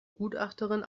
gutachterin